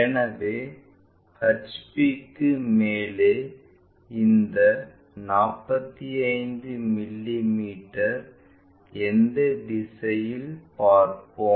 எனவே HPக்கு மேலே இந்த 45 மிமீ எந்த திசையில் பார்ப்போம்